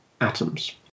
atoms